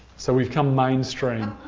so we've come mainstream.